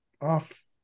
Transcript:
off